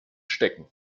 stecken